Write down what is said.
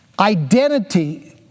Identity